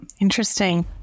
interesting